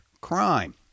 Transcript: crime